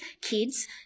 kids